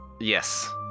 Yes